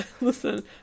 Listen